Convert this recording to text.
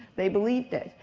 they believed it.